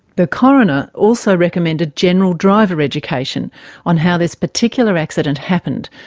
the coroner also recommended general driver education on how this particular accident happened,